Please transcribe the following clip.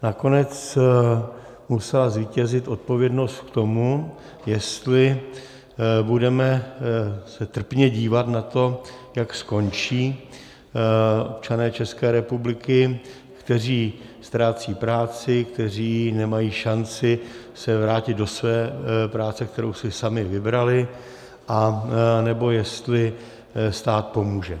Nakonec musela zvítězit odpovědnost k tomu, jestli budeme se trpně dívat na to, jak skončí občané České republiky, kteří ztrácejí práci, kteří nemají šanci se vrátit do své práce, kterou si sami vybrali, anebo jestli stát pomůže.